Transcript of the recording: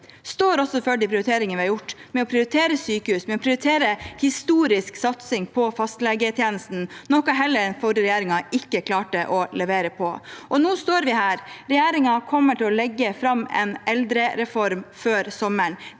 Vi står også for de prioriteringene vi har gjort, med å prioritere sykehusene og en historisk satsing på fastlegetjenesten, noe den forrige regjeringen heller ikke klarte å levere på. Nå står vi her. Regjeringen kommer til å legge fram en eldrereform før sommeren.